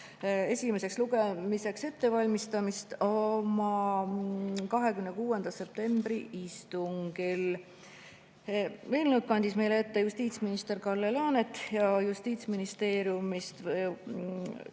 esimeseks lugemiseks ettevalmistamist oma 26. septembri istungil. Eelnõu kandis meile ette justiitsminister Kalle Laanet ja Justiitsministeeriumist